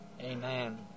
Amen